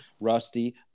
rusty